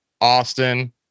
Austin